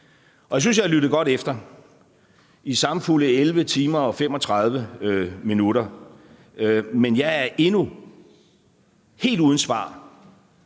Jeg synes, at jeg har lyttet godt efter i samfulde 11 timer og 35 minutter, men jeg er endnu helt uden svar